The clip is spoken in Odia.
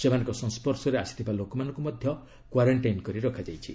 ସେମାନଙ୍କ ସଂସର୍ଶରେ ଆସିଥିବା ଲୋକମାନଙ୍କୁ ମଧ୍ୟ କ୍ୱାରେଷ୍ଟାଇନ୍ କରି ରଖାଯାଇଛି